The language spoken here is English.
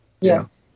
Yes